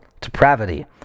depravity